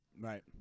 Right